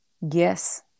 Yes